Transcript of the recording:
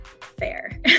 fair